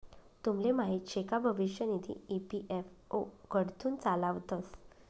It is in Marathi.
तुमले माहीत शे का भविष्य निधी ई.पी.एफ.ओ कडथून चालावतंस